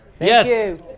yes